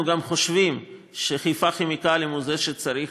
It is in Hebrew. אנחנו גם חושבים שחיפה כימיקלים הוא זה שצריך